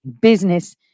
business